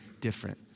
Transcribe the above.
different